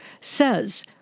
says